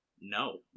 No